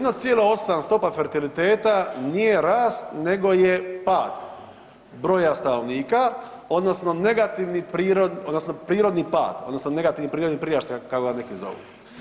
1,8 stopa fertiliteta nije rast nego je pad broja stanovnika, odnosno negativni, odnosno prirodni pad, odnosno negativni prirodni priraštaj kako ga neki zovu.